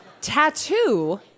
tattoo